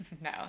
No